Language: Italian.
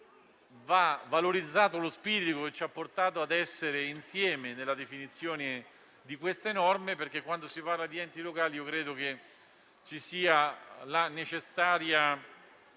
Va valorizzato lo spirito che ci ha portato ad essere insieme nella definizione di queste norme, perché, quando si parla di enti locali, deve esserci la necessaria